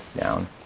down